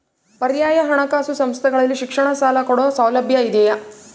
ಪರ್ಯಾಯ ಹಣಕಾಸು ಸಂಸ್ಥೆಗಳಲ್ಲಿ ಶಿಕ್ಷಣ ಸಾಲ ಕೊಡೋ ಸೌಲಭ್ಯ ಇದಿಯಾ?